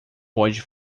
pode